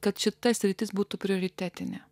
kad šita sritis būtų prioritetinė